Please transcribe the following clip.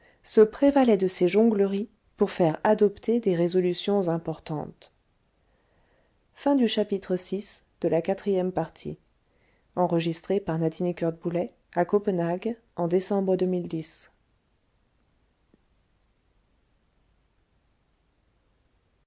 se prévalaient de ses jongleries pour faire adopter des résolutions importantes